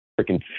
freaking